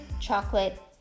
chocolate